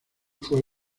fue